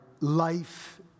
life